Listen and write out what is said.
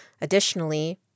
Additionally